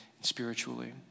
spiritually